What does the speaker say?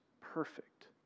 perfect